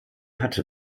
hatte